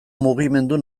mugimendu